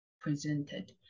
presented